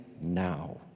now